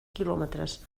quilòmetres